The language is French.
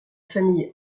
famille